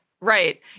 Right